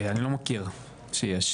אני לא מכיר שיש,